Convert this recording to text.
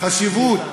והחשיבות